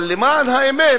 אבל למען האמת,